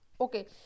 okay